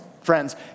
friends